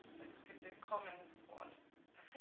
like we could do common swan.